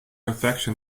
affection